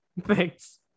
thanks